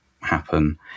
happen